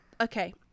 Okay